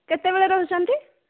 କେତେବେଳେ ରହୁଛନ୍ତି